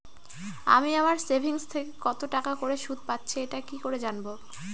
আমি আমার সেভিংস থেকে কতটাকা করে সুদ পাচ্ছি এটা কি করে জানব?